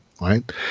right